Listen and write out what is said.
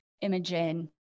Imogen